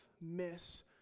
miss